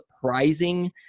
surprising